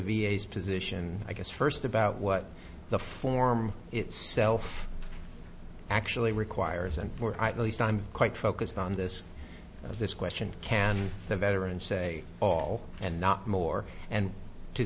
s position i guess first about what the form itself actually requires and for at least i'm quite focused on this this question can the veteran say all and not more and to